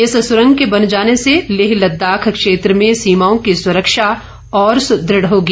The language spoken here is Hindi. इस सुरंग के बन जाने से लेह लद्दाख क्षेत्र में सीमाओं की सुरक्षा और सुदृढ़ होगी